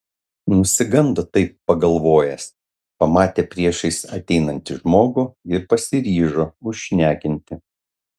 nusigando taip pagalvojęs pamatė priešais ateinanti žmogų ir pasiryžo užšnekinti